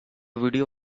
video